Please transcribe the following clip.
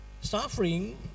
suffering